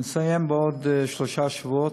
נסיים בעוד שלושה שבועות.